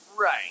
Right